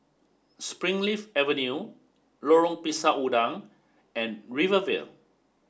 Springleaf Avenue Lorong Pisang Udang and Rivervale